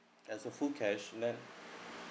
as a full cash